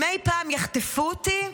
אם אי פעם יחטפו אותי,